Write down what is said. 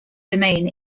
remain